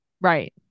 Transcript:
Right